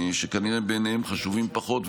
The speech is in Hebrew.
שכנראה בעיניהם חשובים פחות,